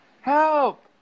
help